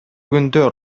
күндө